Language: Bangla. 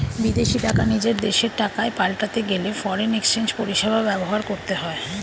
বিদেশী টাকা নিজের দেশের টাকায় পাল্টাতে গেলে ফরেন এক্সচেঞ্জ পরিষেবা ব্যবহার করতে হয়